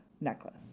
necklace